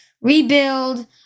rebuild